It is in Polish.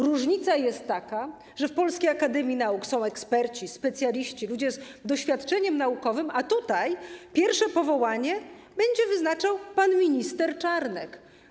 Różnica jest taka, że w Polskiej Akademii Nauk są eksperci, specjaliści, ludzie z doświadczeniem naukowym, a tutaj pierwsze powołanie będzie wyznaczał pan minister Czarnek.